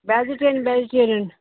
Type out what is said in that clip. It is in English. vegetarian vegetarian